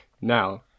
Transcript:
now